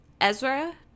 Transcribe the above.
Ezra